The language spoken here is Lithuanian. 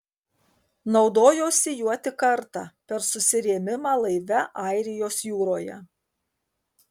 naudojosi juo tik kartą per susirėmimą laive airijos jūroje